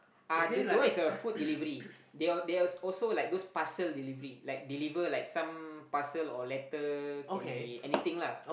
uh the the one is a food delivery there there's also like those parcel delivery like deliver like some parcel or letter can be anything lah